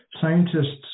Scientists